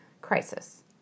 crisis